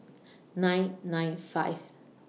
nine nine five